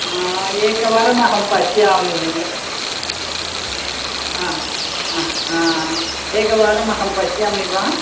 एकवारमहं पश्यामि ह ह ह एकवारमहं पश्यामि वा